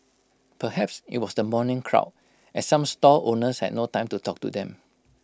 perhaps IT was the morning crowd as some stall owners had no time to talk to them